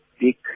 big